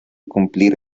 cumplir